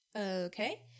Okay